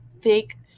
thick